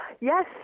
Yes